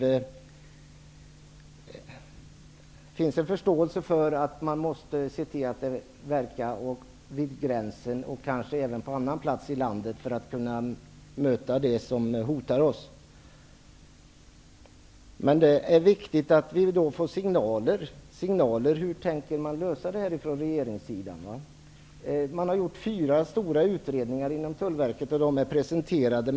Det finns en förståelse för att man måste verka vid gränsen och kanske även på andra platser i landet för att kunna möta det som hotar oss. Men det är viktigt att vi då får signaler om hur regeringen tänker lösa detta. Fyra stora utredningar har presenterats av Tullverket.